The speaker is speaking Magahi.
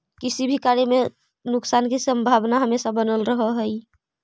किसी भी कार्य में नुकसान की संभावना हमेशा बनल रहअ हई